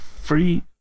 free